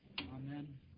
Amen